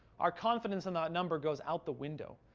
our confidence in that number goes out the window.